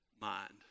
mind